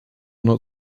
not